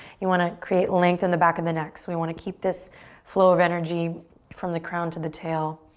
you wanna create length in the back of the neck. we wanna keep this flow of energy from the crown to the tail